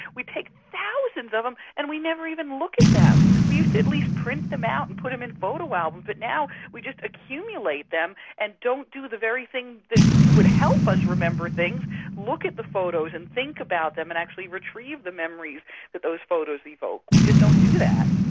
we take thousands of them and we never even look at them. we used to at least print them out and put them in a photo album, but now we just accumulate them and don't do the very thing that would help us remember things look at the photos and think about them and actually retrieve the memories that those photos evoke. we just don't do that.